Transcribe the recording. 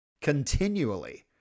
continually